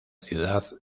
ciudad